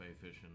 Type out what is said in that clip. fishing